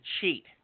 cheat